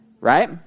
right